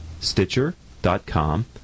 Stitcher.com